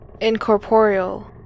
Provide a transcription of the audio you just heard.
incorporeal